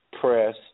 press